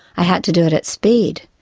i had to do it at speed,